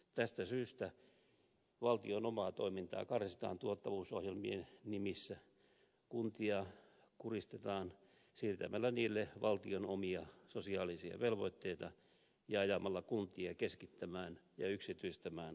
tästä syystä valtion omaa toimintaa karsitaan tuottavuusohjelmien nimissä kuntia kuristetaan siirtämällä niille valtion omia sosiaalisia velvoitteita ja ajamalla kuntia keskittämään ja yksityistämään palvelujaan